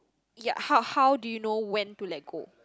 ya how how do you know when to let go